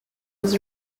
was